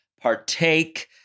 partake